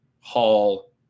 hall